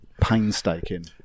Painstaking